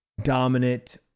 dominant